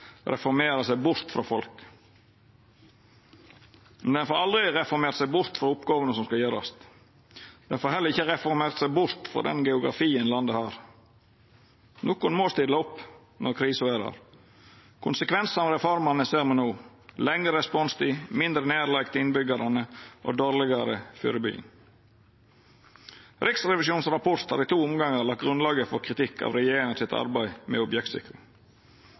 seg bort frå folk. Men ho får aldri reformert seg bort frå oppgåvene som skal gjerast. Ho får heller ikkje reformert seg bort frå den geografien landet har. Nokon må stilla opp når krisa er der. Konsekvensane av reformene ser me no – lengre responstid, mindre nærleik til innbyggjarane og dårlegare førebygging. Riksrevisjonens rapport har i to omgangar lagt grunnlaget for kritikk av regjeringa sitt arbeid med objektsikring.